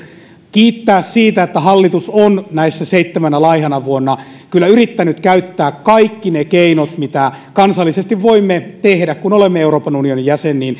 kiittää siitä että hallitus on näinä seitsemänä laihana vuonna kyllä yrittänyt käyttää kaikki ne keinot mitä kansallisesti voimme tehdä kun olemme euroopan unionin jäsen